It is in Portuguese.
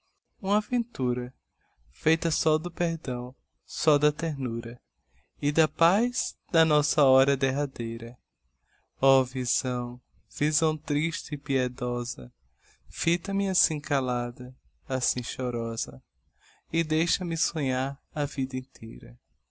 uma ventura feita só do perdão só da ternura e da paz da nossa hora derradeira ó visão visão triste e piedosa fita me assim calada assim chorosa e deixa-me sonhar a vida inteira